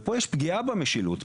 ופה יש פגיעה במשילות.